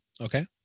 okay